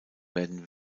werden